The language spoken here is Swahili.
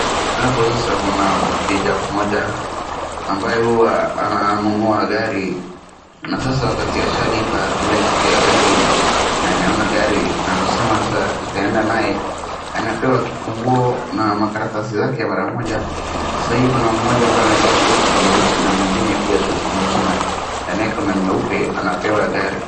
Hapo sasa kuna mteja mmoja ambaye huwa ananunua gari na sasa wakati ashalipa kila kitu ya gari na ameona gari na amesema sasa ntaenda naye anapewa kifunguo na makaratasi zake mara moja, sahii kuna mmoja ambaye amevaa suti nyeusi na mwingine pia suti nyeusi na mwenye ako na nyeupe anapewa gari.